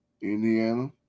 Indiana